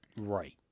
right